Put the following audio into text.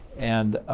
and,